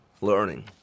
learning